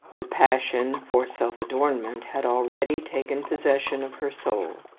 the passion for self-adornment had already taken possession of her soul.